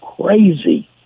crazy